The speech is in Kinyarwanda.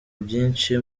byishi